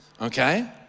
Okay